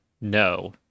no